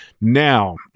Now